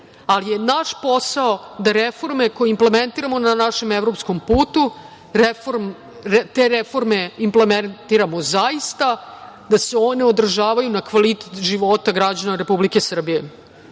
ali, naš je posao da reforme koje implementiramo na našem evropskom putu, te reforme implementiramo da se one odražavaju na kvalitet života građana Republike SrbijeZbog